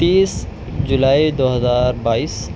تیس جولائی دو ہزار بائیس